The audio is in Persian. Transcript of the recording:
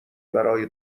برای